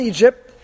Egypt